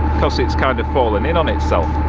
because it's kind of fallen in on itself.